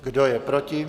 Kdo je proti?